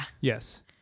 yes